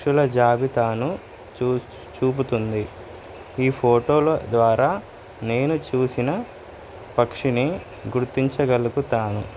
పక్షుల జాబితాను చూపుతుంది ఈ ఫోటోల ద్వారా నేను చూసిన పక్షిని గుర్తించగలుగుతాను